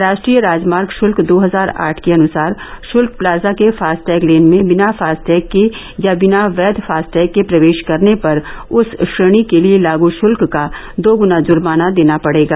राष्ट्रीय राजमार्ग शुल्क दो हजार आठ के अनुसार शुल्क प्लाजा के फास्टैग लेन में बिना फास्टैग के या बिना वैध फास्टैग के प्रवेश करने पर उस श्रेणी के लिए लागू शुल्क का दोगुना जुर्माना देना पड़ेगा